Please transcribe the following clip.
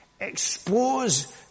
expose